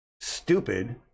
stupid